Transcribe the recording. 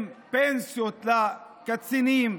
עם פנסיות לקצינים,